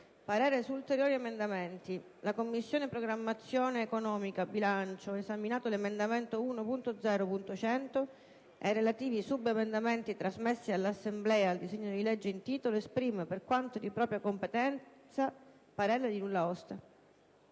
parere non ostativo». «La Commissione programmazione economica, bilancio, esaminato l'emendamento 1.0.100 e i relativi subemendamenti trasmessi dall'Assemblea, al disegno di legge in titolo, esprime, per quanto di propria competenza, parere di nulla osta».